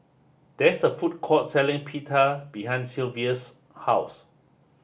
there is a food court selling Pita behind Sylva's house